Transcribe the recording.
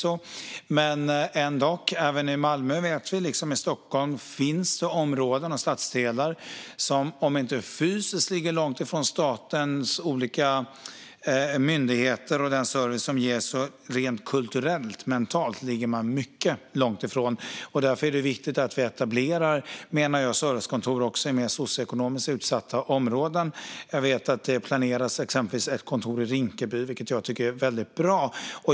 Vi vet att det även i Malmö liksom i Stockholm finns områden och stadsdelar som även om de inte fysiskt ligger långt ifrån statens olika myndigheter och den service som ges rent kulturellt och mentalt ligger mycket långt ifrån. Därför är det viktigt att vi etablerar servicekontor också i mer socioekonomiskt utsatta områden. Jag vet att det exempelvis planeras ett kontor i Rinkeby, vilket jag tycker är väldigt bra.